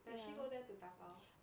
does she go there to 打包